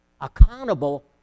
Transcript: accountable